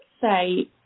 say